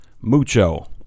mucho